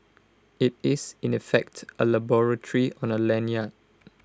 IT is in effect A laboratory on A lanyard